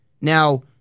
Now